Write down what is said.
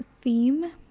theme